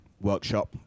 workshop